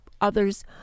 others